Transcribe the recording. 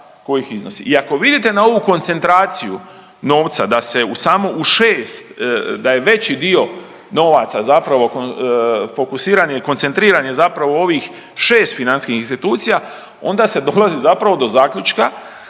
i ako vidite na ovu koncentraciju novca da se u samo u 6, da je veći dio novaca zapravo fokusiran je i koncentriran je zapravo u ovih 6 financijskih institucija, onda se dolazi zapravo do zaključka